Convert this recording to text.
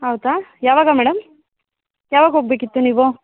ಹೌದಾ ಯಾವಾಗ ಮೇಡಮ್ ಯಾವಾಗ ಹೋಗಬೇಕಿತ್ತು ನೀವು